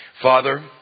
Father